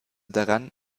daran